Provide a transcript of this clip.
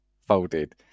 folded